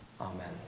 amen